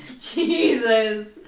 Jesus